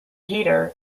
heater